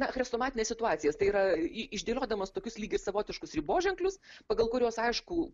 na chrestomatines situacijas tai yra i išdėliodamas tokius lyg ir savotiškus riboženklius pagal kuriuos aišku